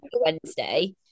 Wednesday